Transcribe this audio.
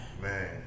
Man